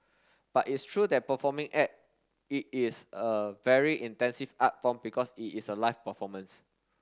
but it's true that performing act it is a very intensive art form because it is a live performance